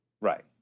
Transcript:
Right